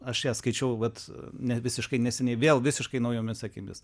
aš ją skaičiau vat ne visiškai neseniai vėl visiškai naujomis akimis